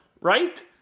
right